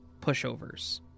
pushovers